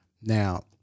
Now